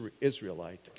Israelite